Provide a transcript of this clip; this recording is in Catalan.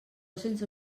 sense